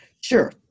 Sure